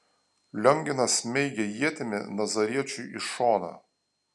lionginas smeigė ietimi nazariečiui į šoną